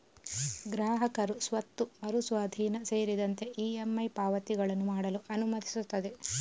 ಗ್ರಾಹಕರು ಸ್ವತ್ತು ಮರು ಸ್ವಾಧೀನ ಸೇರಿದಂತೆ ಇ.ಎಮ್.ಐ ಪಾವತಿಗಳನ್ನು ಮಾಡಲು ಅನುಮತಿಸುತ್ತದೆ